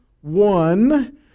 one